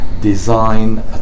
design